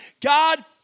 God